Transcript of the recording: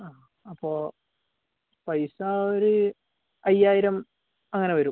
ആ അപ്പോ പൈസ ഒരു അയ്യായിരം അങ്ങനെ വരും